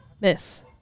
miss